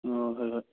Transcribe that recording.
ꯑꯣ ꯍꯣꯏ ꯍꯣꯏ